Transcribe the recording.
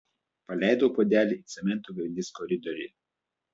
paleidau puodelį į cemento grindis koridoriuje